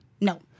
No